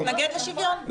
ולכן תתנגד לשוויון?